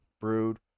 brood